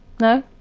No